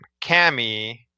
cammy